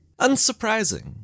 Unsurprising